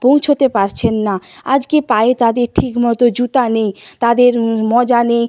পৌঁছাতে পারছেন না আজকে পায়ে তাদের ঠিক মতো জুতো নেই তাদের মোজা নেই